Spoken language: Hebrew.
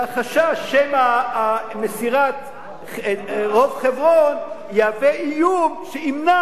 והחשש שמא מסירת רוב חברון תהווה איום שימנע